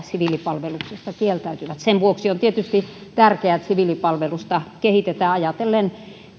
siviilipalveluksesta kieltäytyvät sen vuoksi on tietysti tärkeää että siviilipalvelusta kehitetään ajatellen